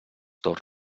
dos